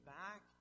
back